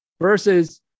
versus